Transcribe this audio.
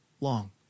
long